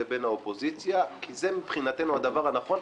לבין האופוזיציה כי זה מבחינתנו הדבר הנכון.